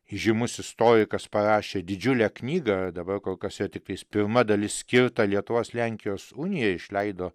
įžymus istorikas parašė didžiulę knygą dabar kol kas yra tiktais pirma dalis skirta lietuvos lenkijos unijai išleido